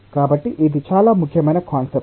కాబట్టి ఇది చాలా ముఖ్యమైన కాన్సెప్ట్